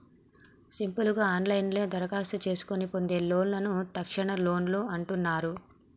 simple గా ఆన్లైన్లోనే దరఖాస్తు చేసుకొని పొందే లోన్లను తక్షణలోన్లు అంటున్నరు